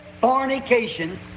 fornication